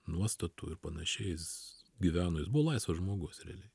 nuostatų ir panašiai jis gyveno jis buvo laisvas žmogus realiai